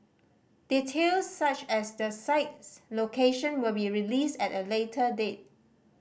details such as the site's location will be released at a later date